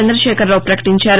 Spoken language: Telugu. చంద్రశేఖరరావు వకటించారు